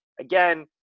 Again